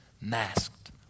masked